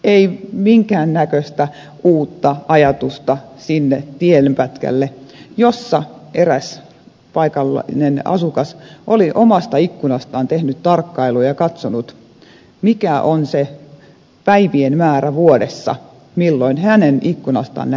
ei minkään näköistä uutta ajatusta sinne tienpätkälle jossa eräs paikallinen asukas oli omasta ikkunastaan tarkkaillut ja katsonut mikä on se päivien määrä vuodessa jolloin hänen ikkunastaan näkyvät rekkajonot